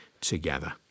together